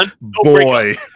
Boy